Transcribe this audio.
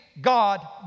God